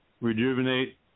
rejuvenate